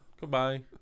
Goodbye